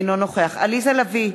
אינו נוכח עליזה לביא,